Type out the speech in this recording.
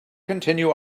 continue